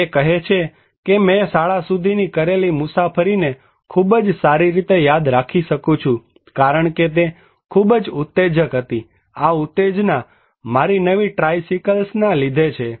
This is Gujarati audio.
તે કહે છે કે મેં શાળા સુધીની કરેલી મુસાફરીને ખૂબ જ સારી રીતે યાદ રાખી શકું છું કારણકે તે ખુબજ ઉત્તેજક હતી આ ઉત્તેજના મારી નવી ટ્રાઇસિકલ ના લીધે હતી